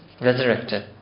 resurrected